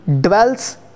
dwells